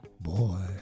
boy